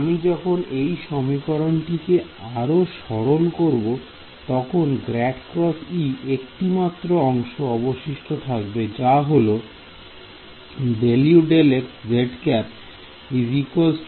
আমি যখন এই সমীকরণটি কে আরও সরল করব তখন ∇× E একটি মাত্র অংশ অবশিষ্ট থাকবে যা হলো